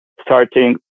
starting